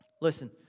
Listen